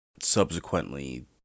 subsequently